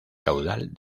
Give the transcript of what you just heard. caudal